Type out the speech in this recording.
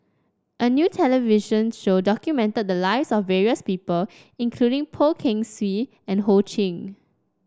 a new television show documented the lives of various people including Poh Kay Swee and Ho Ching